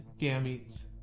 gametes